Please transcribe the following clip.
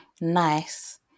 nice